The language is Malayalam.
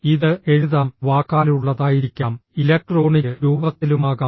ഇത് എഴുതാം വാക്കാലുള്ളതായിരിക്കാം ഇലക്ട്രോണിക് രൂപത്തിലുമാകാം